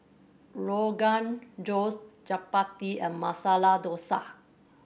Rogan Josh Chapati and Masala Dosa